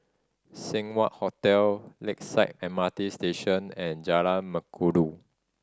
Seng Wah Hotel Lakeside M R T Station and Jalan Mengkudu